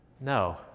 No